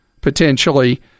potentially